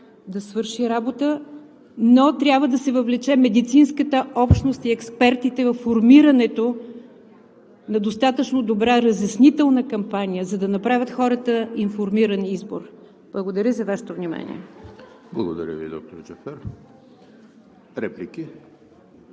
да свърши работа, но трябва да се въвлече медицинската общност и експертите във формирането на достатъчно добра разяснителна кампания, за да направят хората информиран избор. Благодаря за Вашето внимание. ПРЕДСЕДАТЕЛ ЕМИЛ ХРИСТОВ: Благодаря Ви, доктор Джафер. Реплики?